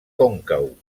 còncau